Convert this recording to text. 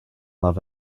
love